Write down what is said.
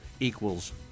equals